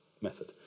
method